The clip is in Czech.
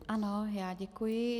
Ano, já děkuji.